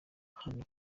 hano